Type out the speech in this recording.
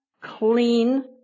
clean